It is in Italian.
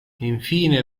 infine